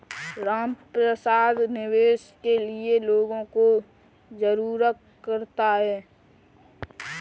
रामप्रसाद निवेश के लिए लोगों को जागरूक करता है